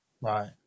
Right